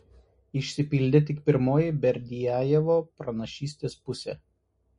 išsipildė tik pirmoji berdiajevo pranašystės pusė